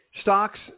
stocks